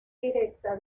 directa